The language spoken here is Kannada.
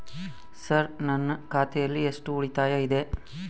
ಸರ್ ನನ್ನ ಖಾತೆಯಲ್ಲಿ ಎಷ್ಟು ಉಳಿತಾಯ ಇದೆ?